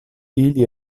ili